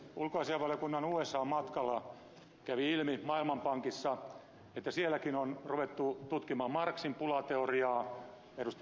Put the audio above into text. ulkoasiainvaliokunnan usan matkalla kävi ilmi maailmanpankissa että sielläkin on ruvettu tutkimaan marxin pulateoriaa ed